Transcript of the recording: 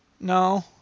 No